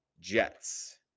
Jets